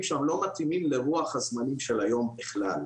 שם לא מתאימים לרוח הזמנים של היום בכלל.